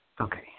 Okay